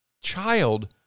child